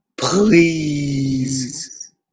please